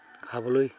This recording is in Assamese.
খাবলৈ